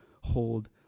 hold